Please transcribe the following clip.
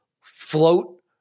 float